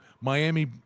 Miami